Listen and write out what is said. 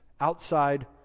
outside